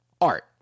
art